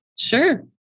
Sure